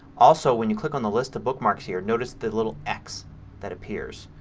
also when you click on the list of bookmarks here notice the little x that appears.